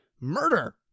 Murder